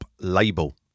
label